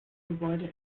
gebäude